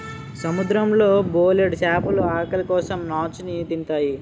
సముద్రం లో బోలెడు చేపలు ఆకలి కోసం నాచుని తింతాయి